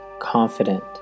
confident